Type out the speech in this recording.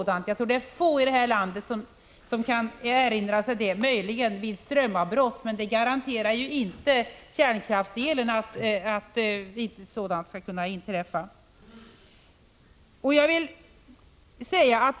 Det är nog få här i landet som kan erinra sig något sådant — möjligen inträffade det vid större avbrott, men kärnkraftselen garanterar ju inte att sådana inte inträffar.